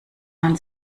man